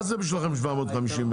מה זה בשבילכם 750,000?